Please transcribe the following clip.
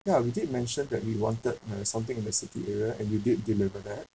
ya we did mention that we wanted uh something in the city area and you did deliver that